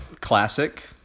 classic